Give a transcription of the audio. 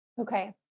Okay